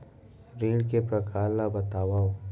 ऋण के परकार ल बतावव?